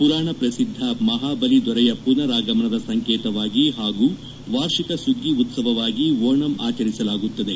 ಮರಾಣ ಪ್ರಸಿದ್ದ ಮಹಾಬಲಿ ದೊರೆಯ ಮನರ್ ಆಗಮನದ ಸಂಕೇತವಾಗಿ ಹಾಗೂ ವಾರ್ಷಿಕ ಸುಗ್ಗಿ ಉತ್ಸವವಾಗಿ ಓಣಂ ಆಚರಿಸಲಾಗುತ್ತದೆ